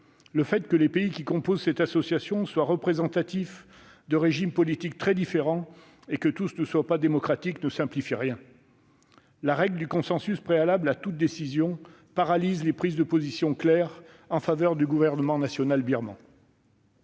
Le fait que les pays qui composent cette association soient gouvernés par des régimes politiques très différents, pas tous démocratiques, ne simplifie rien. La règle du consensus préalable à toute décision paralyse les prises de position claires en faveur du gouvernement d'union nationale birman.